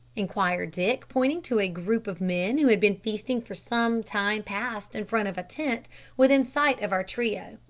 inquired dick, pointing to a group of men who had been feasting for some time past in front of a tent within sight of our trio.